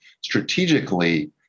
strategically